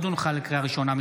לקריאה ראשונה,